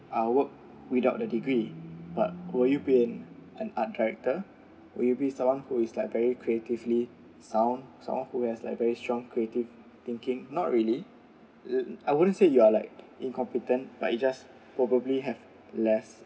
ah work without the degree but would you been an art director will you be someone who is like very creatively sound sound who has like very strong creative thinking not really I wouldn't say you are like incompetent but it just probably have less